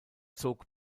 zog